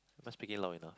must speak it loud enough